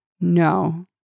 No